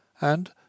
and